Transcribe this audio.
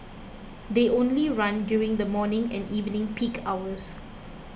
they only run during the morning and evening peak hours